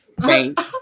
thanks